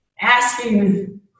asking